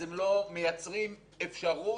לא מדברים על השיקים.